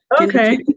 okay